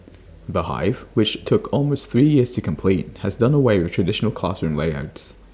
the hive which took almost three years to complete has done away with traditional classroom layouts